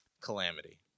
calamity